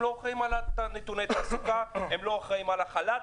אל אחראים על נתוני תעסוקה ולא על החל"תים.